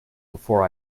before